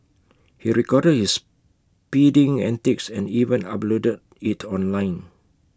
he recorded his speeding antics and even uploaded IT online